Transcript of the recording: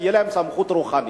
תהיה להם סמכות רוחנית?